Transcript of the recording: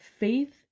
Faith